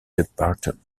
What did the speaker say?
dumbarton